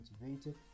motivated